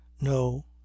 No